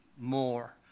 more